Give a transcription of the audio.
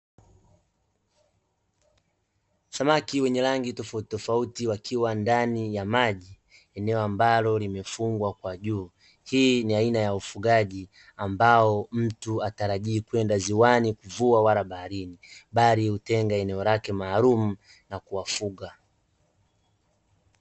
Samaki wenye rangi tofauti tofauti wakiwa ndani ya maji eneo ambalo limefungwa kwa juu, hii ni aina ya ufugaji ambao mtu atarajii kwenda ziwani kuvua wala baharini, bali hutenga eneo lake maalum na kuwafuga.